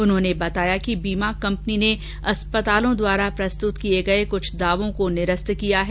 उन्होंने बताया कि बीमा कंपनी ने अस्पतालों के प्रस्तुत किए गए कुछ क्लेम्स को निरस्त किया है